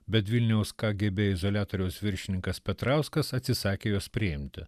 bet vilniaus kagėbė izoliatoriaus viršininkas petrauskas atsisakė juos priimti